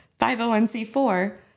501c4